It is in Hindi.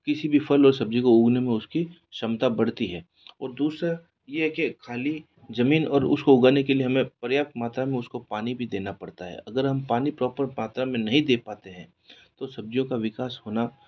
तो किसी भी फल और सब्जी को उगने में उसकी क्षमता बढ़ती है और दूसरा यह है कि खाली ज़मीन और उसको उगाने के लिए हमें पर्याप्त मात्रा में उसको पानी भी देना पड़ता है अगर हम पानी प्रॉपर मात्रा में नहीं दे पाते हैं तो सब्जियों का विकास होना